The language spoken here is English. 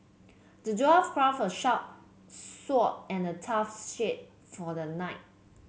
the dwarf craft a sharp sword and a tough shield for the knight